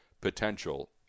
potential